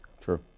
True